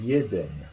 Jeden